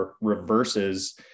reverses